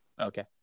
Okay